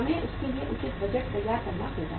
हमें उसके लिए उचित बजट तैयार करना होगा